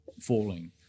falling